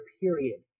period